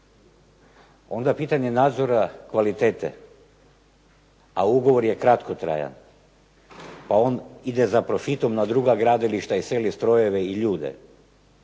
onda pitanje nadzora kvalitete, a ugovor je kratkotrajan pa on ide za profitom na druga gradilišta i seli strojeve i ljude.